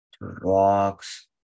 rocks